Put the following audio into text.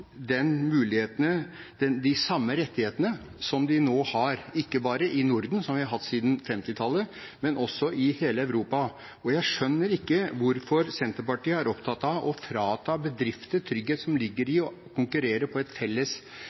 de samme mulighetene og rettighetene som man nå har – ikke bare i Norden, der vi har hatt dette siden 1950-tallet, men i hele Europa. Jeg skjønner ikke hvorfor Senterpartiet er opptatt av å frata bedrifter den tryggheten som ligger i å konkurrere ut fra et felles